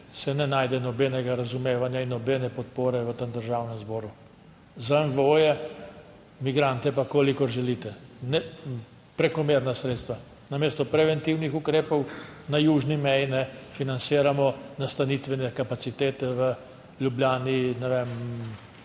se ne najde nobenega razumevanja in nobene podpore v tem Državnem zboru. Za nivoje migrante pa kolikor želite prekomerna sredstva namesto preventivnih ukrepov na južni meji financiramo nastanitvene kapacitete v Ljubljani, ne vem,